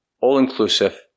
all-inclusive